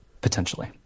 potentially